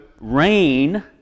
rain